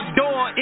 door